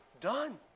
done